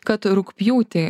kad rugpjūtį